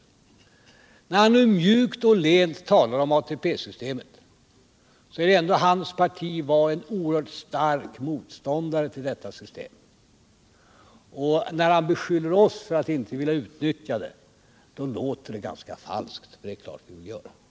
När herr Åsling nu mjukt och lent talar om ATP-systemet, så var ändå hans parti en oerhört stark motståndare till detta system, och när han beskyller oss för att inte vilja utnyttja systemet låter det ganska falskt. Det är klart att vi vill utnyttja systemet.